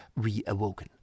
reawoken